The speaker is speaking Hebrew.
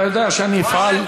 אתה יודע שאני אפעל.